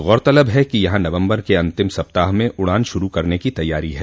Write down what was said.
गौरतलब है कि यहां नवम्बर के अंतिम सप्ताह में उड़ान शुरू करने की तैयारी है